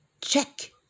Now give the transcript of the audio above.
check